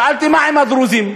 שאלתי מה עם הדרוזים.